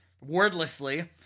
wordlessly